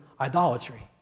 idolatry